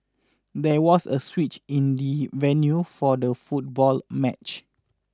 there was a switch in the venue for the football match